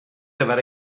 gyfer